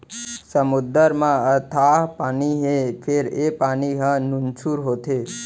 समुद्दर म अथाह पानी हे फेर ए पानी ह नुनझुर होथे